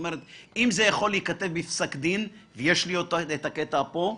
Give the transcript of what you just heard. אם זה יכול להיכתב בפסק דין, ויש לי את הקטע פה,